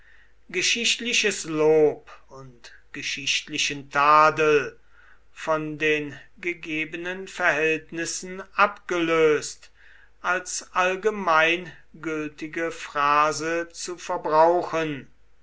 geschichtliches lob und geschichtlichen tadel von den gegebenen verhältnissen abgelöst als allgemein gültige phrase zu verbrauchen